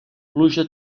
pluja